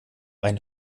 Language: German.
ein